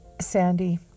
Sandy